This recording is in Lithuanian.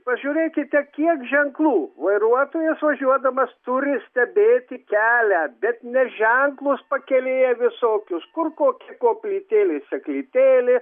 pažiūrėkite kiek ženklų vairuotojas važiuodamas turi stebėti kelią bet ne ženklus pakelėje visokius kur koki koplytėlė seklytėlė